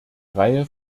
reihe